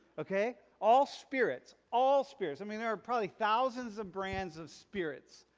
okay all spirits, all spirits, i mean there are probably thousands of brands of spirits,